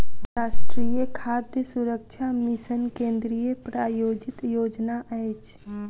राष्ट्रीय खाद्य सुरक्षा मिशन केंद्रीय प्रायोजित योजना अछि